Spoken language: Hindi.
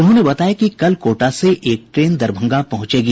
उन्होंने बताया कि कल कोटा से एक ट्रेन दरभंगा पहुंचेगी